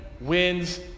wins